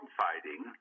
fighting